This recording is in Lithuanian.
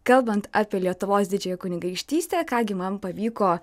kalbant apie lietuvos didžiąją kunigaikštystę ką gi man pavyko